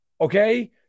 Okay